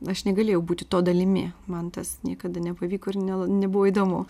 aš negalėjau būti to dalimi man tas niekada nepavyko ir nela nebuvo įdomu